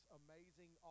amazing